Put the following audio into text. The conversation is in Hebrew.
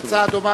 יש הצעה דומה,